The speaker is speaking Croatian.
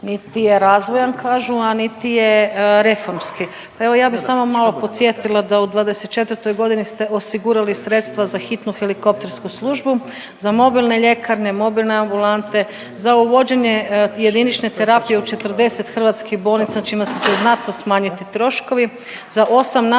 niti je razvojan kažu, a niti je reformski. Pa evo ja bi samo malo podsjetila da u '24.g. ste osigurali sredstva za Hitnu helikoptersku službu, za mobilne ljekarne, mobilne ambulante, za uvođenje jedinične terapije u 40 hrvatskih bolnica, čime će se znatno smanjiti troškovi, za 8 nacionalnih